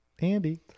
Andy